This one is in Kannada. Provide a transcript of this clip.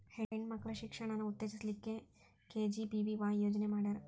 ಹೆಣ್ ಮಕ್ಳ ಶಿಕ್ಷಣಾನ ಉತ್ತೆಜಸ್ ಲಿಕ್ಕೆ ಕೆ.ಜಿ.ಬಿ.ವಿ.ವಾಯ್ ಯೋಜನೆ ಮಾಡ್ಯಾರ್